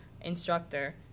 instructor